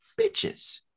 bitches